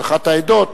או אחת העדות,